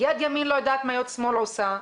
יד ימין לא יודעת מה יד שמאל עושה,